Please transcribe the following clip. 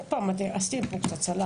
אתם עשיתם פה קצת סלט.